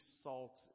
salt